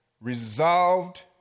resolved